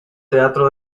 teatro